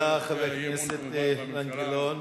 תודה, חבר הכנסת אילן גילאון.